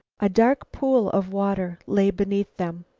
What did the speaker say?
a dark pool of water lay beneath them.